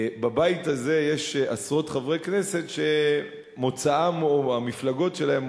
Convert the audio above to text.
בבית הזה יש עשרות חברי כנסת שמוצאם או המפלגות שלהם,